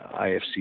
IFC